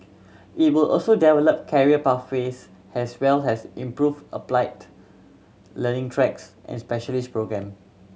it will also develop career pathways as well as improve applied learning tracks and specialist programme